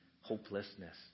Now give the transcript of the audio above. hopelessness